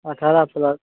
अठारह चलत